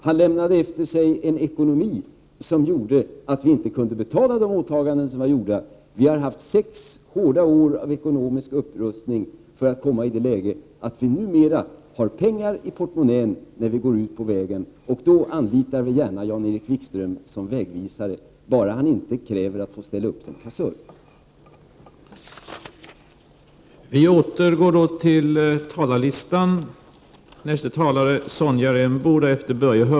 Han lämnade efter sig en ekonomi som gjorde att vi inte kunde betala de åtaganden som var gjorda. Vi har gått igenom sex hårda år av ekonomisk upprustning för att komma i det läget att vi numera har pengar i portmonnän när vi går ut på vägen. Då anlitar vi gärna Jan-Erik Wikström som vägvisare, bara han inte kräver att få ställa upp som kassör.